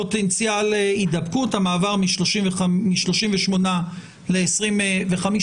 בפוטנציאל הידבקות, המעבר מ-38 ל-25 אחוזים.